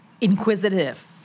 inquisitive